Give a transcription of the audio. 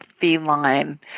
feline